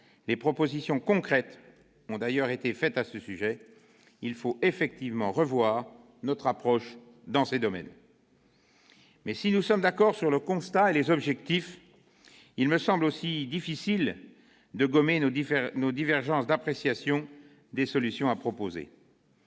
des propositions concrètes ont d'ailleurs été faites à ce sujet. Il faut effectivement revoir notre approche dans ces domaines. Mais, si nous sommes d'accord sur le constat et les objectifs, il me semble difficile de gommer nos divergences d'appréciation sur les solutions à proposer.